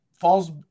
falls